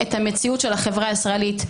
את המציאות של החברה הישראלית.